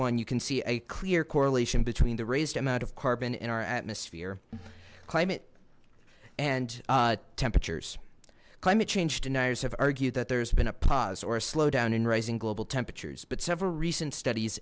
one you can see a clear correlation between the raised amount of carbon in our atmosphere climate and temperatures climate change deniers have argued that there has been a pause or a slowdown in rising global temperatures but several recent studies